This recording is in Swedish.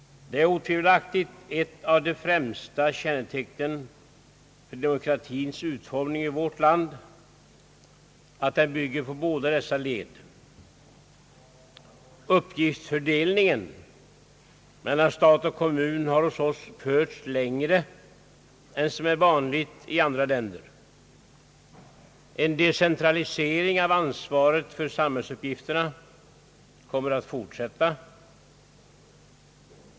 Det är otvivelaktigt ett av de främsta kännetecknen på demokratins utformning i vårt land att den bygger på båda dessa led. Uppgiftsfördelningen mellan stat och kommun har hos oss förts längre än som är vanligt i andra länder. En decentralisering av ansvaret för samhällsuppgifterna kommer att fortsätta.